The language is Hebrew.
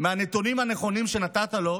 מהנתונים הנכונים שנתת לו,